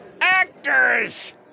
Actors